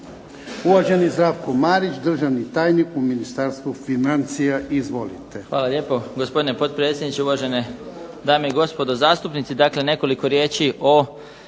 Uvaženi Zdravko Marić državni tajnik u Ministarstvu financija. Izvolite.